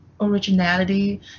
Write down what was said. originality